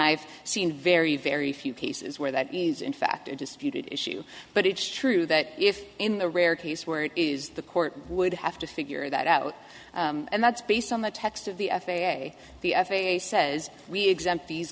i've seen very very few cases where that is in fact a disputed issue but it's true that if in the rare case where it is the court would have to figure that out and that's based on the text of the f a a the f a a says we exempt these